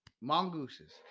Mongooses